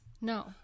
No